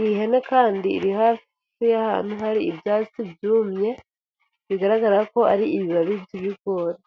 ihene kandi iri hafi y'ahantu hari ibyatsi byumye bigaragara ko ari ibibabi by'ibigori.